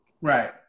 Right